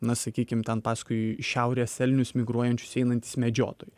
na sakykim ten paskui šiaurės elnius migruojančius einantys medžiotojai